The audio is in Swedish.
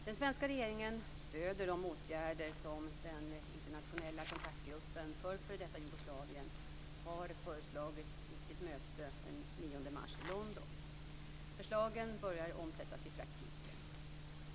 Den svenska regeringen stöder de åtgärder som den internationella kontaktgruppen för f.d. Jugoslavien har föreslagit vid sitt möte den 9 mars i London. Förslagen börjar omsättas i praktiken.